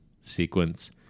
sequence